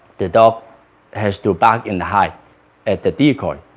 the dog has to bark in the hide at the decoy,